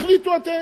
אלא תחליטו אתם.